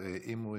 בבקשה.